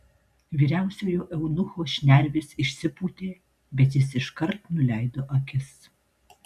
vyriausiojo eunucho šnervės išsipūtė bet jis iškart nuleido akis